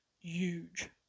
huge